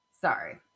Sorry